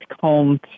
combed